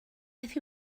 aeth